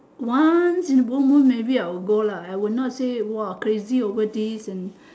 once in a blue moon maybe I will go lah I will not say !wah! crazy over this and